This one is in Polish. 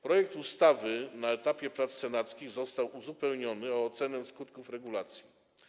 Projekt ustawy na etapie prac senackich został uzupełniony o ocenę skutków regulacji.